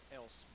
else